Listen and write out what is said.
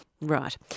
Right